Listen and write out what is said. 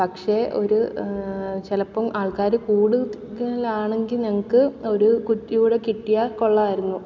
പക്ഷേ ഒരു ചിലപ്പം ആൾക്കാർ കൂടുതലാണെങ്കിൽ ഞങ്ങൾക്ക് ഒരു കുറ്റിയൂടെ കിട്ടിയാൽ കൊള്ളാമായിരുന്നു